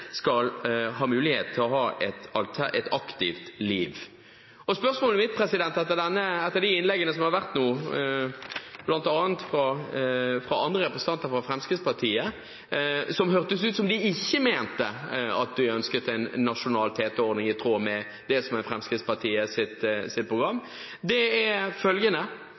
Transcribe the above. skal hindres i å ha et aktivt og selvstendig liv.» Spørsmålet mitt etter de innleggene som har vært nå, bl.a. fra andre representanter fra Fremskrittspartiet – som hørtes ut som de ikke mente at de ønsket en nasjonal TT-ordning i tråd med det som er Fremskrittspartiets program – er følgende: